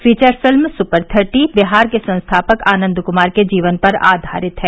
feature film super thirty Bihar के संस्थापक आनन्द कुमार के जीवन पर आघारित है